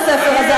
בספר הזה.